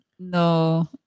No